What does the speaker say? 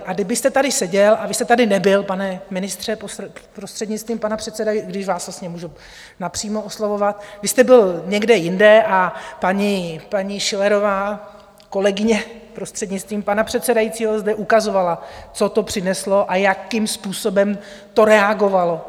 A kdybyste tady seděl, a vy jste tady nebyl, pane ministře, prostřednictvím pana předsedajícího, když vás vlastně můžu napřímo oslovovat, vy jste byl někde jinde a paní Schillerová, kolegyně, prostřednictvím pana předsedajícího, zde ukazovala, co to přineslo a jakým způsobem to reagovalo.